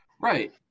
Right